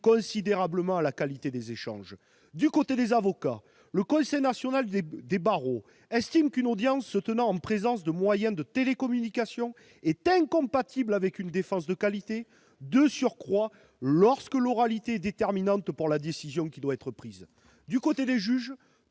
considérablement à la qualité des échanges. Du côté des avocats, le Conseil national des barreaux estime qu'une audience se tenant par le biais de moyens de télécommunication est incompatible avec une défense de qualité, de surcroît lorsque l'oralité est déterminante pour arrêter la décision. Du côté des juges,